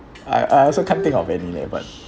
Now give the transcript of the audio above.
I I also can't think of any leh but